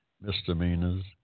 misdemeanors